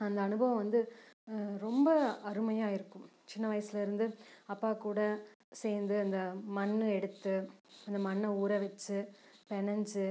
அந்த அனுபவம் வந்து ரொம்ப அருமையாக இருக்கும் சின்ன வயசில் இருந்து அப்பா கூட சேர்ந்து அந்த மண்ணு எடுத்து அந்த மண்ணை ஊற வச்சு பினஞ்சி